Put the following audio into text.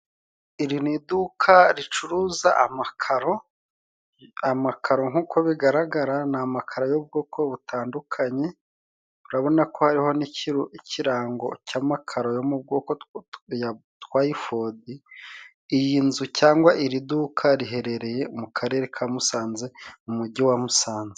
Iri ni iduka ricuruza amakaro, amakaro nk'uko bigaragara ni amakaro y'ubwoko butandukanye urabona ko hariho n'iki ikirango cy'amakaro yo mu bwoko ya twayifodi, iyi nzu cyangwa iri duka riherereye mu karere ka Musanze, mu mujyi wa Musanze.